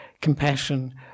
compassion